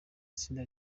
itsinda